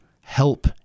help